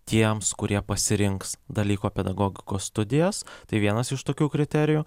tiems kurie pasirinks dalyko pedagogikos studijas tai vienas iš tokių kriterijų